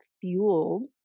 fueled